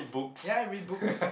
ya I read books